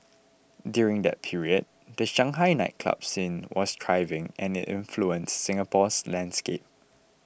during that period the Shanghai nightclub scene was thriving and it influenced Singapore's landscape